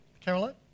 Caroline